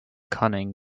cunning